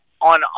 on